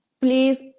Please